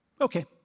okay